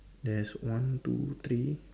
there's one two three